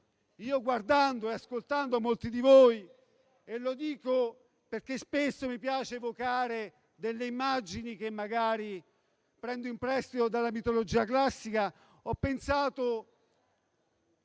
Guardando e ascoltando molti di voi - lo dico perché spesso mi piace evocare delle immagini prese in prestito dalla mitologia classica - ho pensato